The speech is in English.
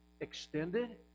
extended